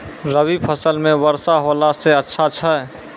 रवी फसल म वर्षा होला से अच्छा छै?